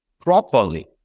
properly